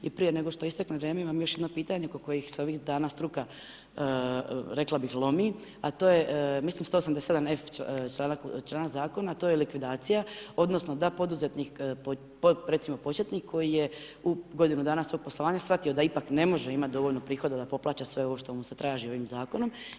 I prije nego što istaknem vrijeme imam još jedno pitanje, oko kojih se ovih dana struka rekla bih lomi, a to je mislim 187 F članak zakona, a to je likvidacija, odnosno, da poduzetnik, recimo početnik, koji je u godinu dana svog poslovanja shvatio da ipak ne može imati dovoljno prihoda da poplaće sve ovo što mu se traži ovim zakonom.